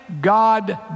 God